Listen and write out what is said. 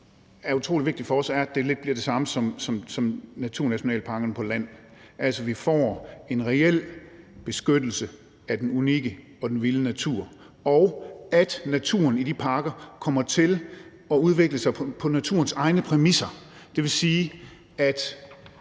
er utrolig vigtigt for os, er, at det lidt bliver det samme som naturnationalparkerne på land – altså at vi får en reel beskyttelse af den unikke og vilde natur, og at naturen i de parker kommer til at udvikle sig på naturens egne præmisser. Det vil sige, at